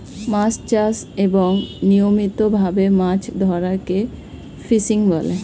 মাছ চাষ এবং নিয়মিত ভাবে মাছ ধরাকে ফিশিং বলে